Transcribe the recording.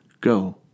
Go